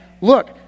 look